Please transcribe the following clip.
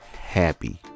happy